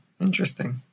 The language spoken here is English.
interesting